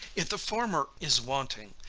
if the former is wanting,